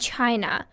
China